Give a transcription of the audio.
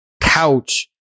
couch